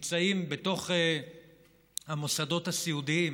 נמצאים בתוך המוסדות הסיעודיים,